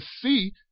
see